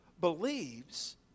believes